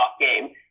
game